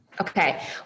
Okay